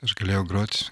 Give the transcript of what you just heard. aš galėjau grot